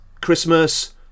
Christmas